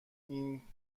این